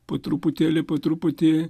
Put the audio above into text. po truputėlį po truputį